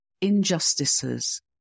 injustices